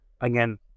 again